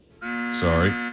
Sorry